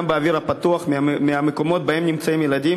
באוויר הפתוח ממקומות שבהם נמצאים ילדים,